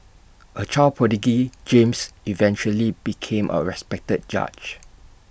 A child prodigy James eventually became A respected judge